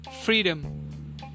freedom